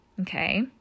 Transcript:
Okay